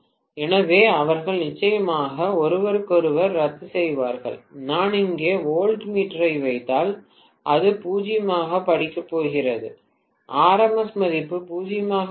எனவே அவர்கள் நிச்சயமாக ஒருவருக்கொருவர் ரத்து செய்வார்கள் நான் இங்கே வோல்ட்மீட்டரை வைத்தால் அது 0 ஐப் படிக்கப் போகிறது ஆர்எம்எஸ் மதிப்பு 0 ஆக இருக்கும்